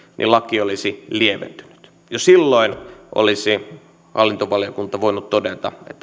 laki olisi lieventynyt jo silloin olisi hallintovaliokunta voinut todeta